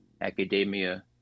Academia